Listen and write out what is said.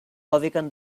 awaken